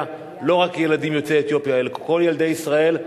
לא רק ילדים יוצאי אתיופיה אלא כל ילדי ישראל.